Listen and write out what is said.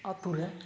ᱟᱛᱳ ᱨᱮ